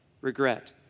regret